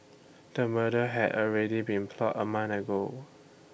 the murder had already been plotted A month ago